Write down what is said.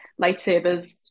Lightsabers